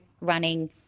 running